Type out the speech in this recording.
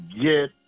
get